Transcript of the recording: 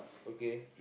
okay